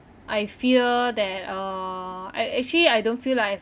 I fear that uh I actually I don't feel like